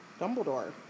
Dumbledore